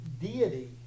deity